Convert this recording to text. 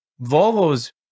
Volvo's